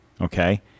okay